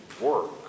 work